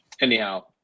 anyhow